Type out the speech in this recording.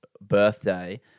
birthday